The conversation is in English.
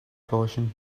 pollution